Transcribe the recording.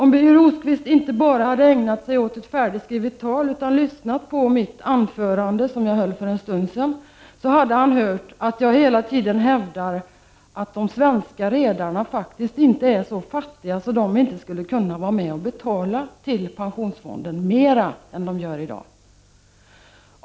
Om Birger Rosqvist inte bara hade ägnat sig åt ett färdigskrivet tal utan lyssnat på det anförande som jag höll för en stund sedan, så hade han hört att jag hela tiden hävdar att de svenska redarna faktiskt inte är så fattiga att de inte skulle kunna vara med och betala mer till pensionsfonden än vad de betalar i dag.